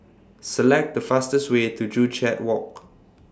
Select The fastest Way to Joo Chiat Walk